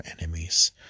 enemies